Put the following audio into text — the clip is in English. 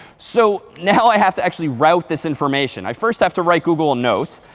so now i have to actually route this information. i first have to write google a note,